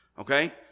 okay